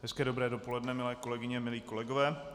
Hezké dobré dopoledne, milé kolegyně, milí kolegové.